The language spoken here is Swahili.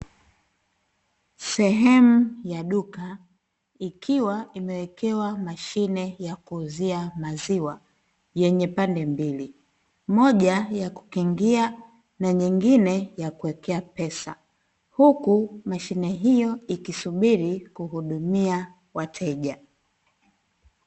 Sehemu ya duka ikiwa imewekewa mashine ya kuuzia maziwa yenye pande mbili; moja ya kukingia na nyingine ya kuwekea pesa, huku mashine hiyo ikisubiri kuhudumia wateja.